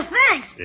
thanks